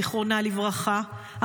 זיכרונה לברכה,